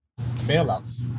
Bailouts